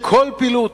שכל פעילות,